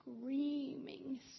screaming